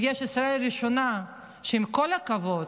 בגלל שיש ישראל הראשונה שעם כל הכבוד,